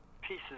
pieces